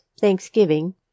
Thanksgiving